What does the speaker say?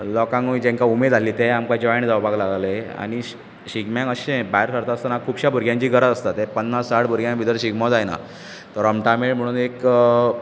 लोकांकूय जेंकां उमेद आसली तेय आमकां जोयन जावपाक लागले आनी शिगम्यांक अशें भायर सरता आसतना खुबश्या भुरग्यांची गरज आसता पन्नास साठ भुरग्यां भितर शिगमो जायना रोमटा मेळ म्हुणून एक